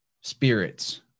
spirits